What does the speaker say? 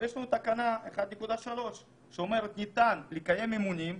יש לנו גם את תקנה 1.3 האומרת: ניתן לקיים אימונים,